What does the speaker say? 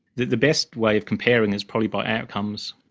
the the best way of comparing is probably by outcomes.